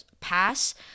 pass